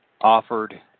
offered